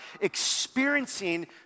experiencing